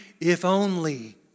if-only